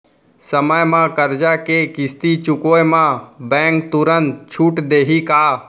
समय म करजा के किस्ती चुकोय म बैंक तुरंत छूट देहि का?